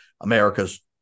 America's